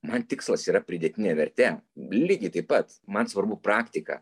man tikslas yra pridėtinė vertė lygiai taip pat man svarbu praktika